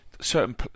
certain